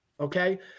Okay